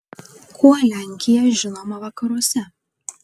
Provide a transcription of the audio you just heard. kuo lenkija žinoma vakaruose